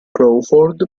crawford